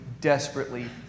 desperately